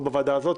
לא בוועדה הזו,